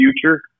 future